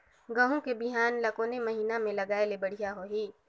गहूं के बिहान ल कोने महीना म लगाय ले बढ़िया होही?